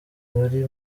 wari